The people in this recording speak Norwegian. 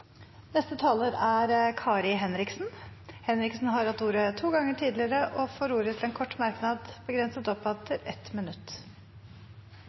Kari Henriksen har hatt ordet to ganger tidligere og får ordet til en kort merknad, begrenset til 1 minutt.